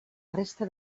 resta